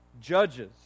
judges